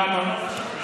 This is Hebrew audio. למה?